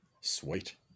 sweet